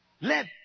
Let